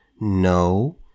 No